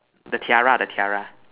the tiara the tiara